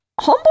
homeboy